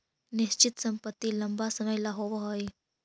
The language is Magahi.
निश्चित संपत्ति लंबा समय ला होवऽ हइ